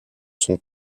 son